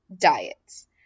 diets